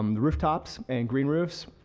um the rooftops and green roofs,